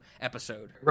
episode